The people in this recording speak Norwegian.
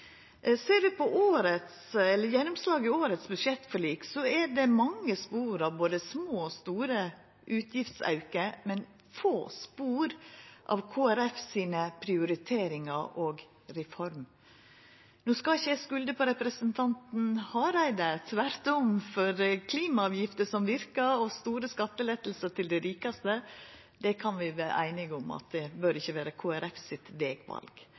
Ser vi på gjennomslaget i budsjettforliket i år, er det mange spor av både små og store utgiftsaukar, men få spor av Kristeleg Folkeparti sine prioriteringar og reformer. No skal ikkje eg skulda på representanten Hareide – tvert om – for klimaavgifter som verkar, og store skattelettar til dei rikaste, det kan vi vera einige om ikkje bør vera Kristeleg Folkeparti sitt vegval.